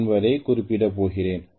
என்பதைக் குறிப்பிடப் போகிறேன்